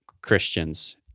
Christians